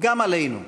גם עלינו.